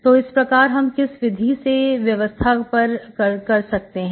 तो इस प्रकार हम किस विधि से व्यवस्था पर कर सकते हैं